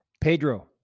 Pedro